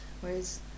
Whereas